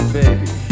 baby